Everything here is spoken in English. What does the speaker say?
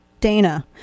Dana